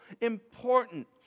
important